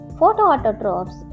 Photoautotrophs